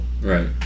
Right